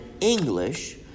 English